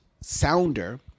Sounder